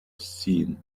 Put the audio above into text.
scene